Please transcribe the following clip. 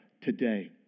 today